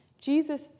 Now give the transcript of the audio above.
Jesus